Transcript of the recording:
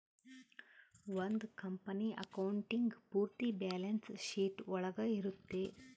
ಒಂದ್ company accounting ಪೂರ್ತಿ balance sheet ಒಳಗ ಇರುತ್ತೆ